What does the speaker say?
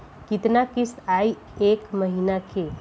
कितना किस्त आई एक महीना के?